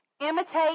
imitate